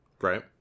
Right